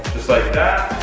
just like that.